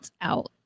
Out